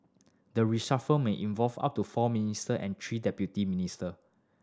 the reshuffle may involve up to four minister and three deputy minister